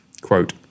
Quote